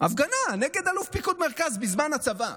הפגנה נגד אלוף פיקוד מרכז בזמן המלחמה.